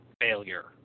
failure